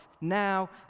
now